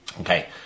Okay